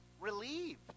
relieved